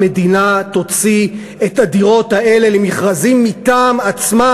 המדינה תוציא את הדירות האלה למכרזים מטעם עצמה,